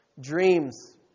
dreams